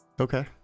okay